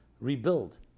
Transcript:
rebuild